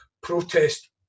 protest